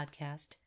podcast